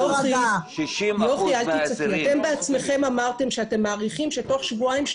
אתם בעצמכם אמרתם שאתם מעריכים שתוך שבועיים,